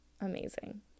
amazing